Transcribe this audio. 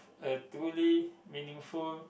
a truly meaningful